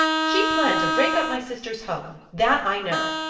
she planned to break up my sister's home that i know.